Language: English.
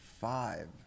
five